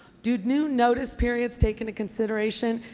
do new notice periods take into consideration,